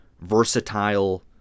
versatile